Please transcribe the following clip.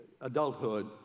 adulthood